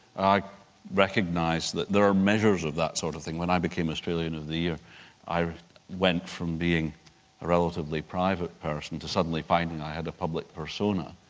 i recognise that there are measures of that sort of thing. when i became australian of the year i went from being a relatively private person to suddenly finding i had a public persona.